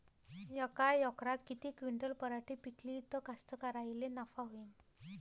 यका एकरात किती क्विंटल पराटी पिकली त कास्तकाराइले नफा होईन?